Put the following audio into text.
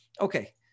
Okay